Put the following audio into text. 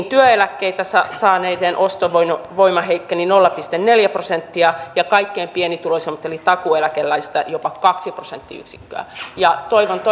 työeläkkeitä saaneiden ostovoima ostovoima heikkeni nolla pilkku neljä prosenttia ja kaikkein pienituloisimpien eli takuueläkeläisten jopa kaksi prosenttiyksikköä toivon